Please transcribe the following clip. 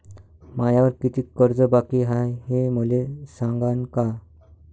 मायावर कितीक कर्ज बाकी हाय, हे मले सांगान का?